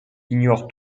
ignore